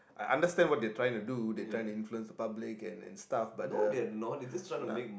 I understand what they trying to do they try to influence the public and stuff but uh